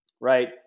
right